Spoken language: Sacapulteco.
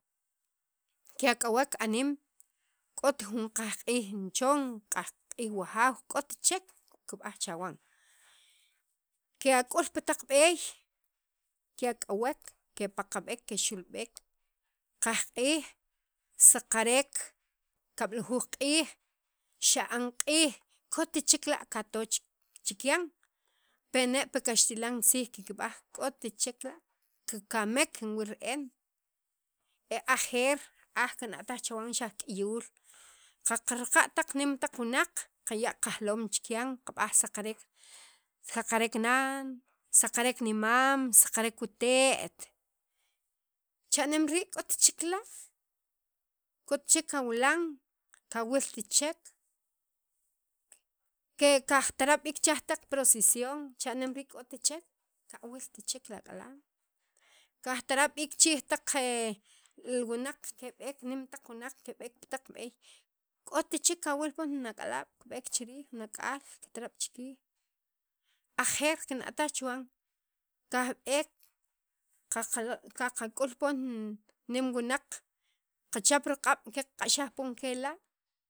kiaq'uwe aniim k'ot jun qajq'iij nichon qajq'iij wajaw k'ot chek kikb'aj chawan. ke' ak'ul pi taq b'eey ke'ak'uwek, peqab'ek kexu'lb'ek qajq'iij, saqarek kablujuj q'iij xa'an q'iij kot chek la' kato chikyan pene' pi kaxtilan tziij kikb'ajk'ot chek la' ke kekamek kinwil re'en e ajeer aj kana'taj chuwan xajk'iyuul qaqaraq' nem taq wunaq qaya' qajloom chikyan saqarek nan saqarek nimaam saqarek wute't, cha'neem rii' k'ot chek la' k'ot chek kawilan kawilt chek ke ke kajtarab' che taq proceson cha'nem rii' k'ot chek kawilt chek li ak'alaab' kajtarab' b'iik chi riij taq wunaq keb'eek nemm taq wunaq keb'eek pi taq b'eey k'ot chek kawil poon jun ak'aalaab' kib'eek chi riij jun ak'aal kitarab' chiriij, ajeer kina' taj chuwan kajb'eek qaqa qak'ul poon jun nem wunaq kachap kaq'ab' qak'axaj poon kela'.